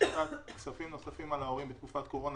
השתת כספים נוספים על ההורים בתקופת קורונה